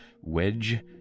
Wedge